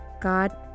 God